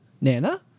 nana